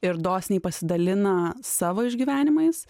ir dosniai pasidalina savo išgyvenimais